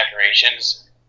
decorations